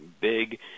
big